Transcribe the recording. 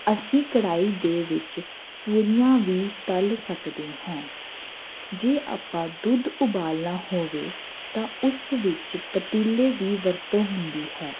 ਅਸੀਂ ਕੜਾਹੀ ਦੇ ਵਿੱਚ ਪੂੜੀਆਂ ਵੀ ਤਲ ਸਕਦੇ ਹੈਂ ਜੇ ਆਪਾਂ ਦੁੱਧ ਉਬਾਲਣਾ ਹੋਵੇ ਤਾਂ ਉਸ ਵਿੱਚ ਪਤੀਲੇ ਦੀ ਵਰਤੋਂ ਹੁੰਦੀ ਹੈ